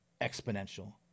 exponential